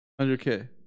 100K